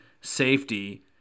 safety